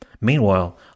Meanwhile